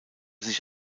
sich